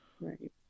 Right